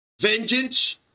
Vengeance